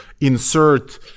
insert